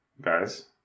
Guys